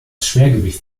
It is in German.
schwergewicht